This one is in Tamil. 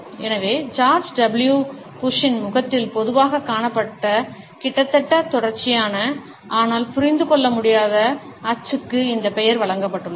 எனவே ஜார்ஜ் டபிள்யூ புஷ்ஷின் முகத்தில் பொதுவாகக் காணப்பட்ட கிட்டத்தட்ட தொடர்ச்சியான ஆனால் புரிந்துகொள்ள முடியாத அச்சுக்கு இந்த பெயர் வழங்கப்பட்டுள்ளது